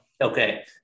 Okay